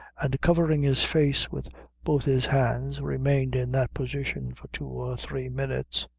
and covering his face with both his hands, remained in that position for two or three minutes.